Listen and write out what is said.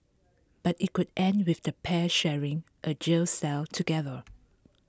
but it could end with the pair sharing a jail cell together